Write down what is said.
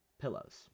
pillows